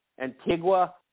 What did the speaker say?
Antigua